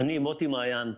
מוטי מעיין,